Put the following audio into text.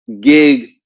gig